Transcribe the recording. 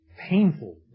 painful